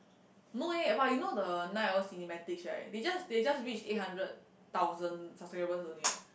no eh but you know the Night Owl Cinematics right they just they just reach eight hundred thousand subscribers only eh